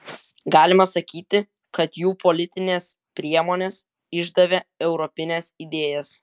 galima sakyti kad jų politinės priemonės išdavė europines idėjas